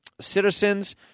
citizens